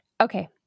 Okay